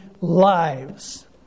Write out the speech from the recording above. lives